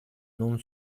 non